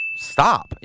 Stop